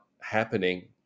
happening